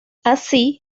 así